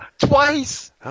Twice